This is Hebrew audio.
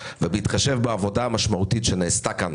ובהתחשב בעבודה המשמעותית שנעשתה כאן